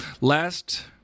Last